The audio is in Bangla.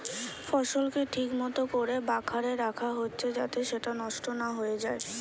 ফসলকে ঠিক মতো কোরে বাখারে রাখা হচ্ছে যাতে সেটা নষ্ট না হয়ে যায়